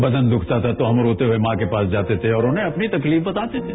बदन दुखता था तो हम रोते हुए मां के पास जाते थे और उन्हें हम अपनी तकलीफ बताते थे